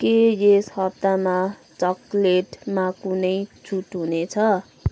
के यस हप्तामा चकलेटमा कुनै छुट हुनेछ